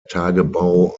tagebau